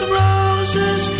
roses